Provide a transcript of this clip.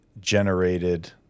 generated